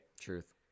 Truth